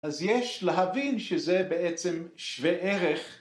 אז יש להבין שזה בעצם שווה ערך.